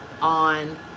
on